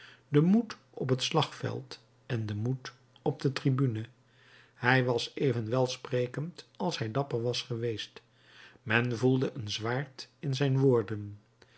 den moed op het slagveld en den moed op de tribune hij was even welsprekend als hij dapper was geweest men voelde een zwaard in zijn woorden